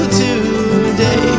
today